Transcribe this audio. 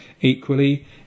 equally